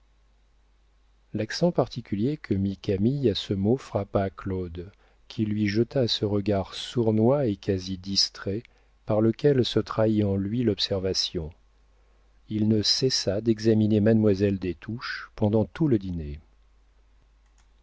l'accent particulier que mit camille à ce mot frappa claude qui lui jeta ce regard sournois et quasi distrait par lequel se trahit en lui l'observation il ne cessa d'examiner mademoiselle des touches pendant tout le dîner